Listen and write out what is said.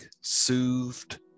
soothed